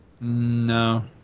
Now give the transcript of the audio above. No